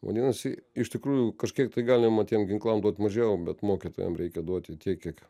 vadinasi iš tikrųjų kažkiek tai galima tiem ginklam duot mažiau bet mokytojam reikia duoti tiek kiek